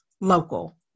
local